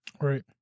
Right